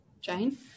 Jane